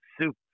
soup